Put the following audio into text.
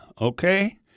okay